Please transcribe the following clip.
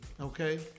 okay